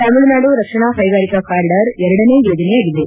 ತಮಿಳುನಾಡು ರಕ್ಷಣಾ ಕೈಗಾರಿಕಾ ಕಾರಿಡಾರ್ ಎರಡನೇ ಯೋಜನೆಯಾಗಿದೆ